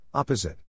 Opposite